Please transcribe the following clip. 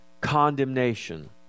condemnation